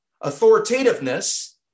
authoritativeness